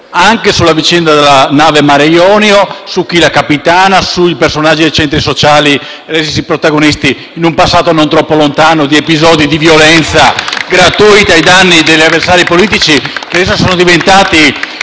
e sulla vicenda della nave Mare Jonio, su chi la capitana, sui personaggi dei centri sociali resisi protagonisti, in un passato non troppo lontano, di episodi di violenza gratuita ai danni degli avversari politici. *(Applausi dai